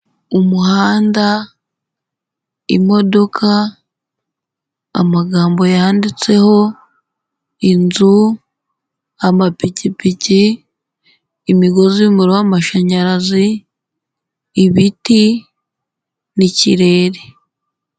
Umuhanda, imodoka, amagambo yanditseho, inzu, amapikipiki, imigozi y'umuriro w'amashanyarazi, ibiti n'ikirere.